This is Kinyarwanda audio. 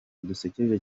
dusekeje